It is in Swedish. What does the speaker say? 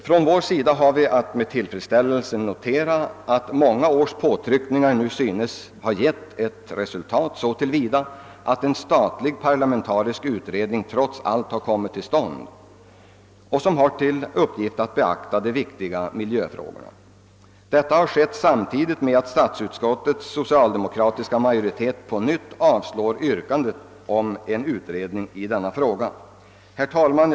Från vår sida har vi att med tillfredsställelse notera att många års påtryckningar nu synes ha givit resultat så till vida att det trots allt har kommit till stånd en statlig parlamentarisk utredning, vilken har till uppgift att beakta de viktiga miljöfrågorna i samband med bostadsbyggandet. Detta har skett samtidigt med att statsutskottets socialdemokratiska majoritet på nytt avstyrkt förslaget om en sådan utredning. Herr talman!